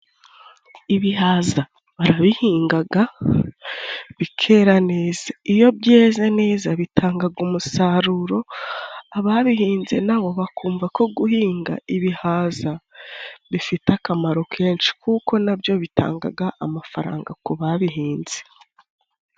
Ibihaza barabihingaga bikera neza iyo byeze neza bitangaga umusaruro, ababihinze nabo bakumva ko guhinga ibihaza bifite akamaro kenshi, kuko nabyo bitangaga amafaranga ku babihinze.